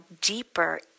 deeper